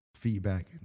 feedback